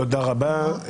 תודה רבה.